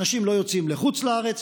אנשים לא יוצאים לחוץ לארץ,